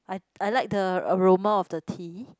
I I like the aroma of the tea